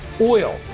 Oil